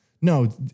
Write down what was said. no